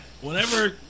whenever